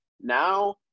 now